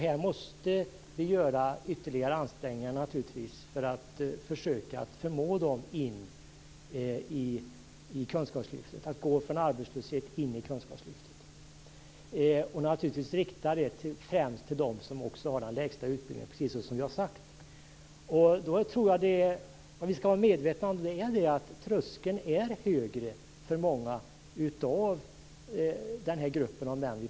Här måste vi göra ytterligare ansträngningar för att försöka förmå män att gå från arbetslöshet in i kunskapslyftet. Vi skall naturligtvis rikta det främst till dem som har den lägsta utbildningen, precis som vi har sagt. Jag tror att vi skall vara medvetna om att tröskeln är högre för många i den här gruppen av män.